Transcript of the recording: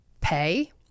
pay